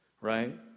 Right